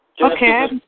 okay